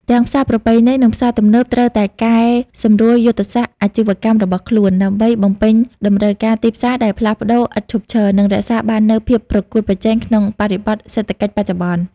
ទាំងផ្សារប្រពៃណី និងផ្សារទំនើបត្រូវតែកែសម្រួលយុទ្ធសាស្ត្រអាជីវកម្មរបស់ខ្លួន ដើម្បីបំពេញតម្រូវការទីផ្សារដែលផ្លាស់ប្តូរឥតឈប់ឈរ និងរក្សាបាននូវភាពប្រកួតប្រជែងក្នុងបរិបទសេដ្ឋកិច្ចបច្ចុប្បន្ន។